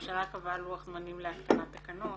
הממשלה קבעה לוח זמנים להתקנת תקנות